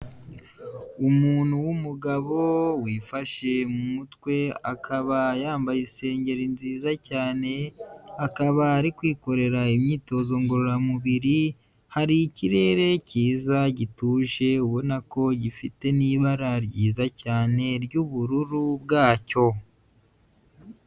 Umuntu w'umugabo wifashe mu mutwe, akaba yambaye isengeri nziza cyane, akaba ari kwikorera imyitozo ngororamubiri, hari ikirere cyiza gituje ubona ko gifite n'ibara ryiza cyane ry'ubururu bwacyo.